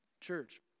Church